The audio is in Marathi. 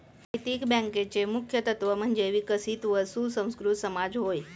नैतिक बँकेचे मुख्य तत्त्व म्हणजे विकसित व सुसंस्कृत समाज होय